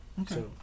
okay